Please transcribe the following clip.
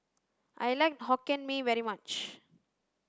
I like hokkien mee very much